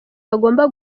bagomba